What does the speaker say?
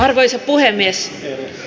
arvoisa puhemies